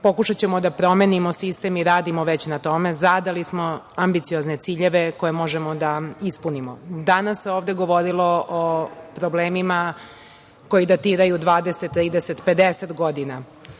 Pokušaćemo da promenimo sistem i radimo već na tome. Zadali smo ambiciozne ciljeve koje možemo da ispunimo. Danas se ovde govorilo o problemima koji datiraju 20, 30, 50 godina.